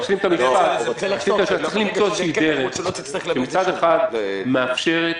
צריך למצוא איזושהי דרך שמצד אחד מאפשרת,